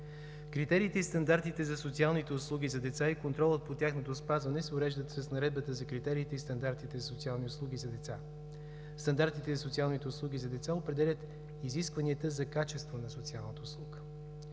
Критериите и стандартите за социалните услуги за деца и контролът по тяхното спазване се уреждат с Наредбата за критериите и стандартите за социални услуги за деца. Стандартите и социалните услуги за деца определят изискванията за качество на социалната услуга.